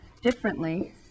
differently